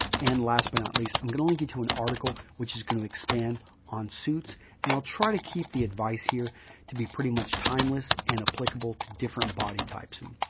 and last but not least, i'm going to link you to an article which is going to expand on suits and i'll try to keep the advice here to be pretty much timeless and applicable to different body types. and